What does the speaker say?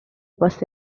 posta